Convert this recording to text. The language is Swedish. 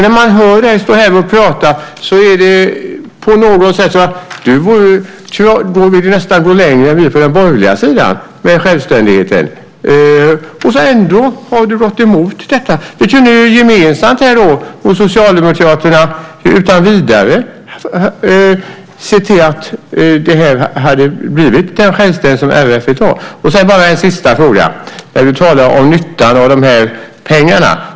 När man hör dig stå här och prata tycker man nästan att du vill gå längre med självständigheten än vi på den borgerliga sidan. Ändå har du gått emot detta. Vi hade ju gemensamt med Socialdemokraterna utan vidare kunnat se till att det hade blivit den självständighet som RF vill ha. Sedan har jag en sista fråga. Du talar om nyttan av de här pengarna.